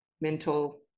mental